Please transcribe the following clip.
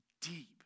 deep